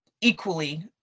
equally